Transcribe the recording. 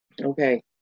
Okay